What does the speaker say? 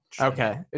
Okay